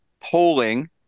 polling